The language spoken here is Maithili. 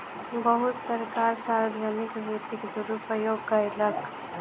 बहुत सरकार सार्वजनिक वित्तक दुरूपयोग कयलक